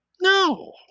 No